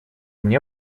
мне